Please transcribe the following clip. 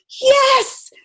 Yes